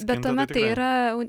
bet tuomet tai yra u